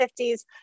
50s